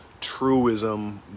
truism